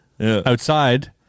outside